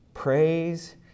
Praise